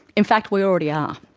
in fact, we already are.